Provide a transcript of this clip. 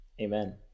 Amen